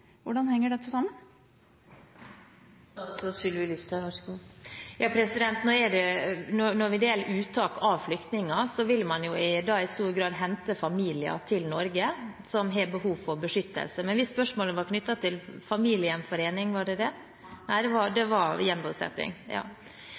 Hvordan henger dette sammen? Når det gjelder uttak av flykninger, vil man i stor grad hente familier som har behov for beskyttelse til Norge. Men var spørsmålet knyttet til familiegjenforening, var det det? Nei, det var gjenbosetting. Man har laget noen retningslinjer for hvem man skal hjelpe til Norge, hvem man skal ta ut, og i det